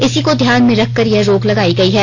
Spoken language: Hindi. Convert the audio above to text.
इसी को ध्यान में रखकर यह रोक लगाई गई है